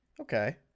Okay